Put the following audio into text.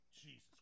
Jesus